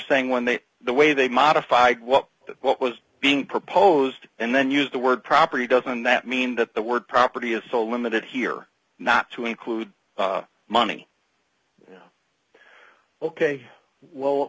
saying when they the way they modified what what was being proposed and then used the word property doesn't that mean that the word property is so limited here not to include money